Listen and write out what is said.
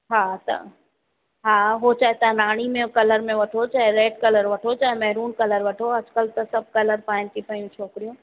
हा त हा हू चाहे तव्हां राणी में कलर में वठो चाहे रेड कलर वठो चाहे मैरुन कलर वठो अॼु कल्ह त सभु कलर पाईनि थी पयूं छोकिरियूं